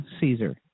Caesar